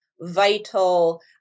vital